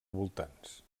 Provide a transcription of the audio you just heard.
voltants